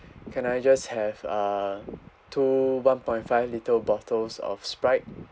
can I just have uh two one point five litre bottles of sprite